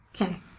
Okay